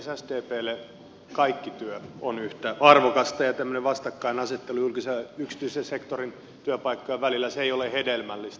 sdplle kaikki työ on yhtä arvokasta ja tämmöinen vastakkainasettelu julkisen ja yksityisen sektorin työpaikkojen välillä ei ole hedelmällistä